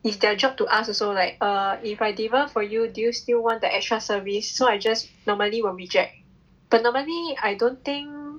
is their job to ask also like err if I deliver for you do you still want the extra service so I just normally will reject but normally I don't think